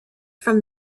from